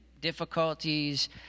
difficulties